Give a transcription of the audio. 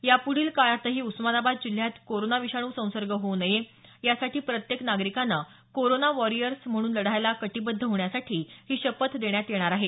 याप्ढील काळातही उस्मानाबाद जिल्ह्यात कोरोना विषाणू संसर्ग होऊ नये यासाठी प्रत्येक नागरिकाने कोरोना वॉरीयर्स म्हणून लढायला कटिबद्ध होण्यासाठी ही शपथ देण्यात येणार आहे